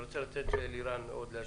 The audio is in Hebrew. אני רוצה לתת למנכ"לית להתייחס.